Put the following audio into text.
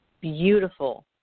beautiful